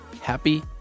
happy